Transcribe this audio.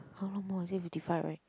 how long more you say fifty five right